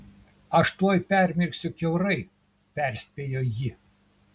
aš tuoj permirksiu kiaurai perspėjo ji